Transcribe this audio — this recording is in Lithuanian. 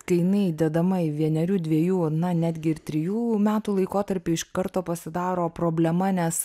kai jinai įdedama į vienerių dviejų na netgi ir trijų metų laikotarpį iš karto pasidaro problema nes